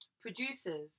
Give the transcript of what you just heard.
producers